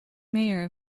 mayor